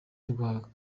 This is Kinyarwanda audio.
rwa